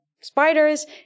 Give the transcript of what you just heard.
spiders